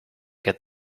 get